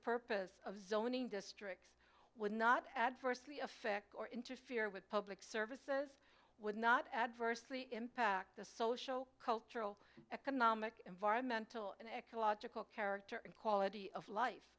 purpose of zoning districts would not adversely affect or interfere with public services would not adversely impact the social cultural economic environmental and ecological character and quality of life